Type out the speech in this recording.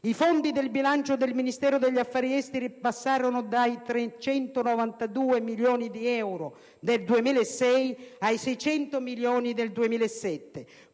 I fondi del bilancio del Ministero degli affari esteri passarono dai 392 milioni di euro del 2006 ai 600 milioni del 2007,